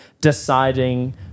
deciding